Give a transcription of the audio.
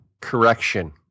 Correction